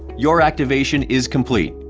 your activation is complete.